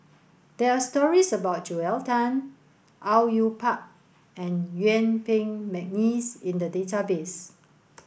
there are stories about Joel Tan Au Yue Pak and Yuen Peng McNeice in the database